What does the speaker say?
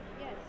Yes